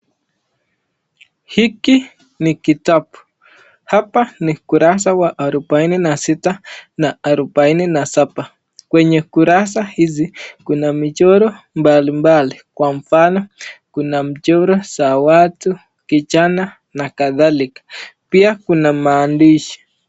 Hiki ni kitabu, hapa ni ukurasa wa arubaini na sita na arubaini na saba. Kwenye kurasa hizi kuna michoro mbalimbali kwa mfano kuna michoro za watu, kijana na kadhalika. Pia kuna maandishi.